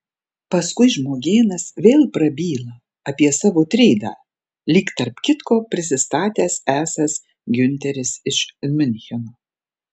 paskui žmogėnas vėl prabyla apie savo trydą lyg tarp kitko prisistatęs esąs giunteris iš miuncheno